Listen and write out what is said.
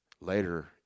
later